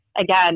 Again